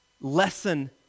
lesson